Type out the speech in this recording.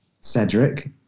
Cedric